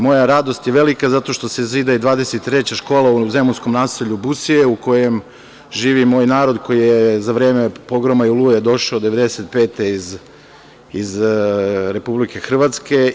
Moja radost je velika zato što se zida i 23. škola u zemunskom naselju Busije, u kojem živi moj narod koji je za vreme „Pogroma“ i „Oluje“ došao 1995. godine iz Republike Hrvatske.